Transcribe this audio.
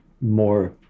more